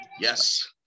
Yes